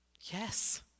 Yes